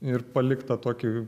ir palikt tą tokį